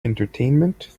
entertainment